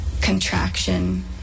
contraction